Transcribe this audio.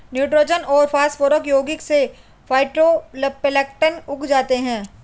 nitrogen और phosphorus यौगिक से फाइटोप्लैंक्टन उग जाते है